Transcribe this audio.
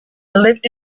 lived